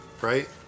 right